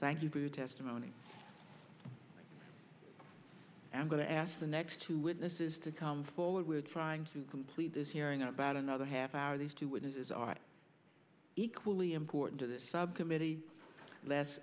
thank you for your testimony i'm going to ask the next two witnesses to come forward we're trying to complete this hearing about another half hour these two witnesses are equally important to this subcommittee l